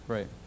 Right